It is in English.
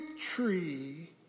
tree